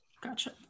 Gotcha